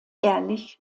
ehrlich